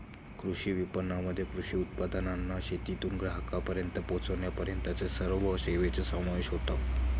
कृषी विपणनामध्ये कृषी उत्पादनांना शेतातून ग्राहकांपर्यंत पोचविण्यापर्यंतच्या सर्व सेवांचा समावेश होतो